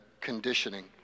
conditioning